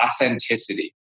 authenticity